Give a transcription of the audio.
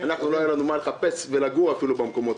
לא היה לנו מה לחפש ולגור אפילו במקומות